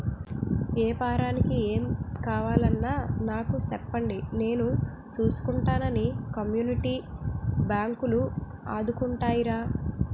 ఏపారానికి ఏం కావాలన్నా నాకు సెప్పండి నేను సూసుకుంటానని కమ్యూనిటీ బాంకులు ఆదుకుంటాయిరా